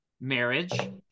marriage